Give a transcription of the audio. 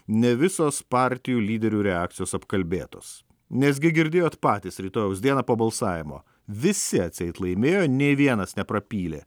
ne visos partijų lyderių reakcijos apkalbėtos nesgi girdėjot patys rytojaus dieną po balsavimo visi atseit laimėjo nei vienas neprapylė